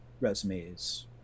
resumes